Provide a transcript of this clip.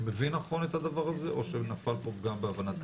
אני מבין נכון את הדבר הזה או שנפל פה פגם בהבנתי?